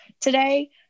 Today